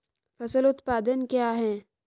फसल उत्पादन क्या है?